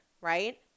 right